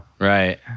Right